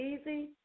easy